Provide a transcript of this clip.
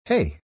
Hey